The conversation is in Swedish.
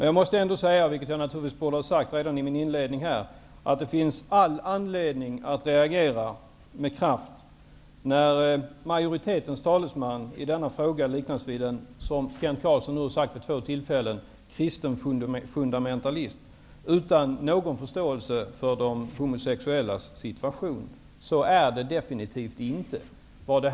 Jag borde ha sagt redan i mitt inledningsanförande att det finns all anledning att reagera med kraft när majoritetens talesman i denna fråga liknas vid, som Kent Carlsson har sagt vid två tillfällen, en kristen fundamentalist utan någon förståelse för de homosexuellas situation. Så är det absolut inte.